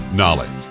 knowledge